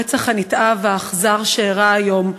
הרצח הנתעב והאכזר שאירע היום.